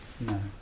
No